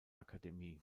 akademie